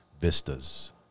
vistas